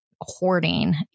hoarding